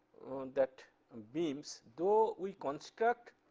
that and beams, though we construct